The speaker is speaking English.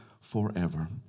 forever